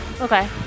okay